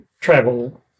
travel